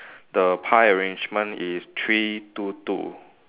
the pie arrangement is three two two